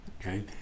okay